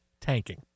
tanking